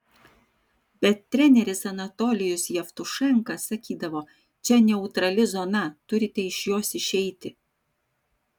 bet treneris anatolijus jevtušenka sakydavo čia neutrali zona turite iš jos išeiti